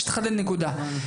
נקודה.